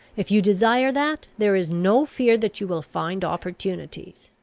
if you desire that, there is no fear that you will find opportunities.